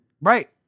Right